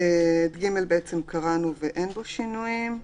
את (ג) קראנו ואין בו שינויים.